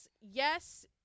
Yes